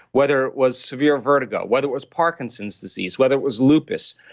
whether it was severe vertigo, whether it was parkinson's disease, whether it was lupus,